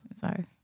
sorry